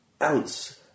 ounce